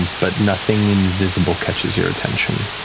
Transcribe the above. but nothing invisible catches your attention.